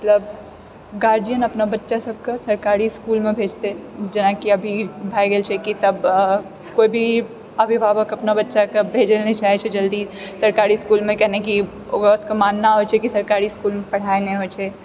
मतलब गार्जियन अपना बच्चा सबके सरकारी इसकुलमे भेजतै जेनाकि अभी भऽ गेल छै कि सब कोइ भी अभिभावक अपना बच्चाके भेजैलए नहि चाहै छै जल्दी सरकारी इसकुलमे कियाकि ओकरा सबके मानना होइ छै कि सरकारी इसकुलमे पढ़ाइ नहि होइ छै